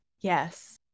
Yes